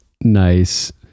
nice